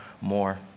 more